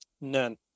None